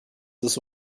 this